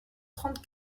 trente